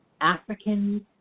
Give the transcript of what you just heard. Africans